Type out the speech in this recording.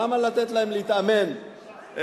למה לתת להם להתאמן חודש,